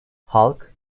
halk